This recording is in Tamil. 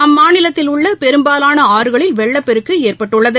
அம்மாநிலத்தில் உள்ளபெரும்பாலானஆறுகளில் வெள்ளப்பெருக்குஏற்பட்டுள்ளது